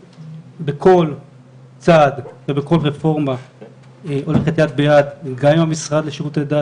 בכל צעד ובכל רפורמה הולכת יד ביד גם עם המשרד לשירותי דת